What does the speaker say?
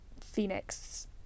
Phoenix